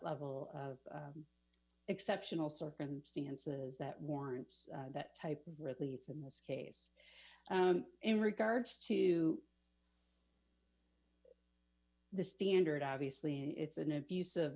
level of exceptional circumstances that warrants that type of relief in this case in regards to the standard obviously it's an abus